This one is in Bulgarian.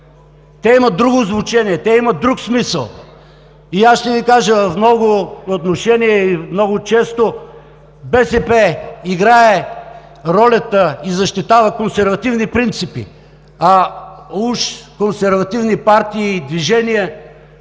имат друго звучене, имат друг смисъл. И аз ще Ви кажа, в много отношения и много често БСП играе ролята и защитава консервативни принципи, а уж консервативни партии и движения